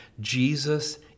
Jesus